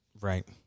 Right